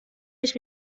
ich